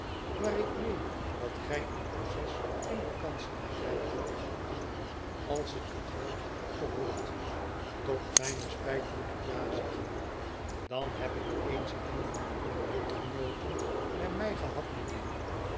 maar ik meen dat gij een proces in de kanselarij hebt als ik wel heb gehoord tot mijne spijt moet ik ja zeggen dan heb ik eens een van uwe lotgenooten bij mij gehad mijnheer